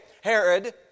Herod